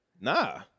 Nah